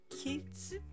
kids